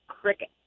Cricket